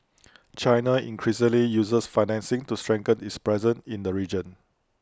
China increasingly uses financing to strengthen its presence in the region